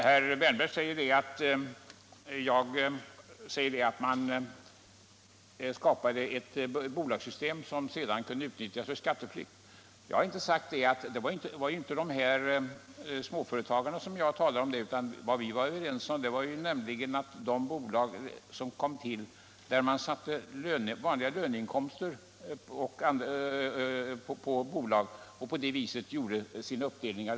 Herr talman! Herr Wärnberg gör gällande att jag sagt att man skapade ett bolagssystem som kunde utnyttjas för skatteflykt. Det var i det sammanhanget inte dessa småföretagare jag talade om, utan vad jag avsåg var de bolag som tillkom för att man skulle kunna sätta löneinkomster på bolag och där makarna kunde dela upp inkomsten.